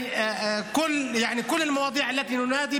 הממשלה נכשלה